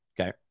okay